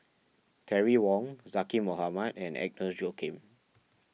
Terry Wong Zaqy Mohamad and Agnes Joaquim